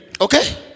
Okay